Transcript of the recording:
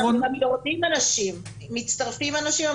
מצטרפים אנשים,